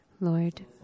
Lord